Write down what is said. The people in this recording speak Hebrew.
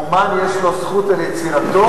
אמן, יש לו זכות על יצירתו.